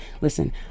Listen